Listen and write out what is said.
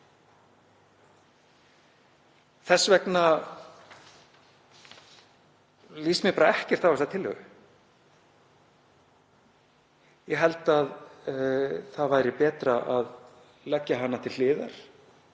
Þess vegna líst mér bara ekkert á þessa tillögu. Ég held að það væri betra að leggja hana til hliðar,